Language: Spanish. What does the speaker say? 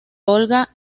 olga